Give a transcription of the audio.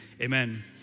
amen